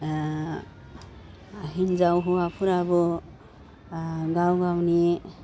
हिनजाव हौवाफ्राबो गाव गावनि